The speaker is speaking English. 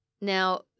Now